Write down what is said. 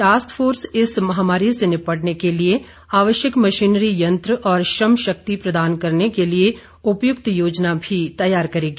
task force इस महामारी से निपटने के लिए आवश्यक मशीनरी यंत्र और श्रम शक्ति प्रदान करने के लिए उपयुक्त योजना भी तैयार करेगी